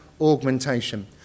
augmentation